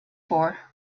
for